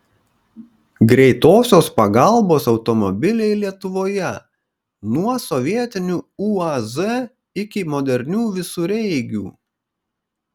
greitosios pagalbos automobiliai lietuvoje nuo sovietinių uaz iki modernių visureigių